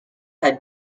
had